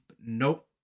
Nope